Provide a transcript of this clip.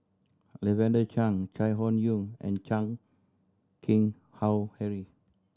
Lavender Chang Chai Hon Yoong and Chan Keng Howe Harry